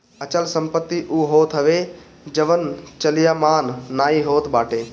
अचल संपत्ति उ होत हवे जवन चलयमान नाइ होत बाटे